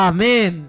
Amen